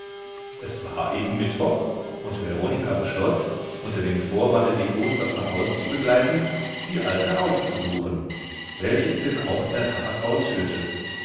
es war eben mittwoch und veronika beschloß unter dem vorwande die osters nach hause zu begleiten die alte aufzusuchen welches sie denn auch in der tat ausführte